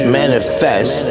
manifest